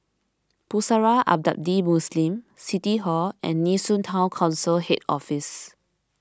Pusara Abadi Muslim City Hall and Nee Soon Town Council Head Office